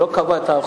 הוא לא קבע את האחוז,